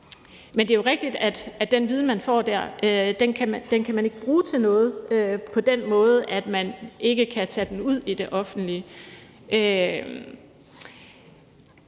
Men det er jo rigtigt, at den viden, man får der, kan man ikke bruge til noget, forstået på den måde, at man ikke kan tage den ud i det offentlige.